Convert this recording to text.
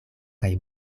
kaj